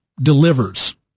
delivers